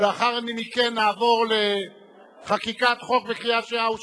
לאחר מכן נעבור לחקיקת חוק בקריאה שנייה ושלישית,